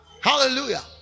Hallelujah